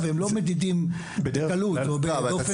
אנחנו נמצאים כאן